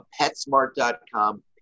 petsmart.com